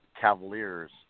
Cavaliers